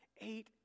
Eight